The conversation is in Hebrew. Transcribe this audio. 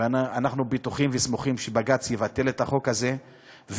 ואנחנו סמוכים ובטוחים שבג"ץ יבטל את החוק הזה,